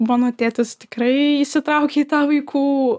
mano tėtis tikrai įsitraukė į tą vaikų